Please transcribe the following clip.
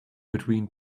between